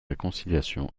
réconciliation